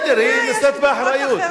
בסדר, היא נושאת באחריות.